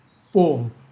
form